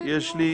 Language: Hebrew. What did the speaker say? בלי דיון,